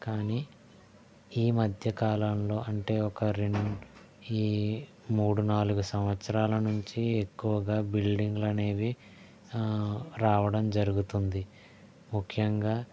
కానీ ఈ మధ్య కాలంలో అంటే ఒక రెండు ఈ మూడు నాలుగు సంవత్సరాల నుంచి ఎక్కువగా బిల్డింగులు అనేవి రావడం జరుగుతుంది ముఖ్యంగా